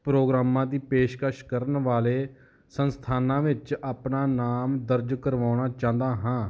ਪ੍ਰੋਗਰਾਮਾਂ ਦੀ ਪੇਸ਼ਕਸ਼ ਕਰਨ ਵਾਲੇ ਸੰਸਥਾਨਾਂ ਵਿੱਚ ਆਪਣਾ ਨਾਮ ਦਰਜ ਕਰਵਾਉਣਾ ਚਾਹੁੰਦਾ ਹਾਂ